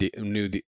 new